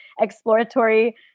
exploratory